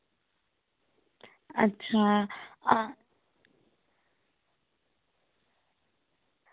अच्छा